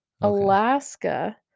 Alaska